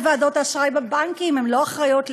וועדות האשראי בבנקים לא אחראיות לכלום,